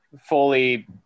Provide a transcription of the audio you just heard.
fully